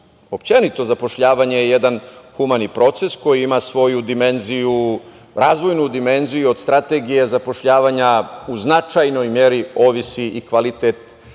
fokus, zapošljavanje je jedan humani proces koji ima svoju dimenziju, razvojnu dimenziju. Od Strategije zapošljavanje zavisi i kvalitet